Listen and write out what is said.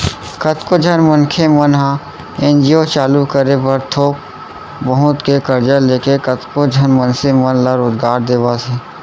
कतको झन मनखे मन ह एन.जी.ओ चालू करे बर थोक बहुत के करजा लेके कतको झन मनसे मन ल रोजगार देवत हे